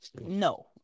No